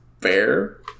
fair